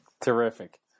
Terrific